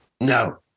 No